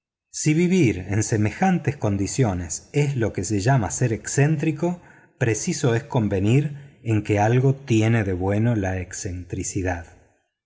si vivir en semejantes condiciones es lo que se llama ser excéntrico preciso es convenir que algo tiene de bueno la excentricidad